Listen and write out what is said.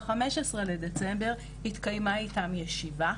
ב-15 לדצמבר התקיימה איתן ישיבה,